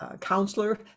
counselor